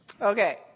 okay